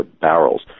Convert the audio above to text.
barrels